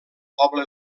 poble